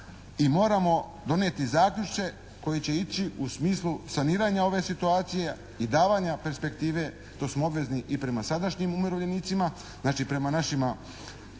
moramo donijeti zaključke koji će ići u smislu saniranja ove situacije i davanja perspektive to smo obvezni i prema sadašnjim umirovljenicima, znači prema našim